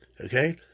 Okay